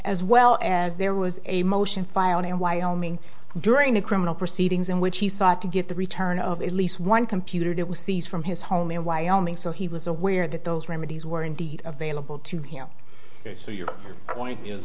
as well as there was a motion filed in wyoming during the criminal proceedings in which he sought to get the return of at least one computer that was seized from his home in wyoming so he was aware that those remedies were indeed available to him so your point is